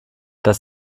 das